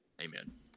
Amen